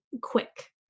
quick